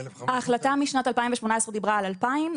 ההחלטה משנת 2018 דיברה על 2,000,